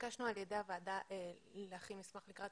התבקשנו על ידי הוועדה להכין מסמך לקראת